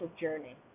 journey